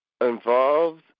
involved